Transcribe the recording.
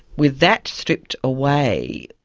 with that stripped away,